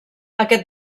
aquest